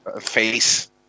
face